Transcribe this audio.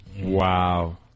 Wow